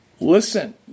listen